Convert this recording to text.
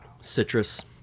citrus